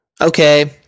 Okay